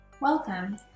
Welcome